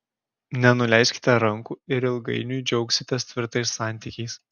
nenuleiskite rankų ir ilgainiui džiaugsitės tvirtais santykiais